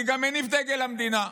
אני גם מניף דגל המדינה.